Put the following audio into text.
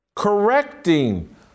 Correcting